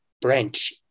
branch